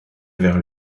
vers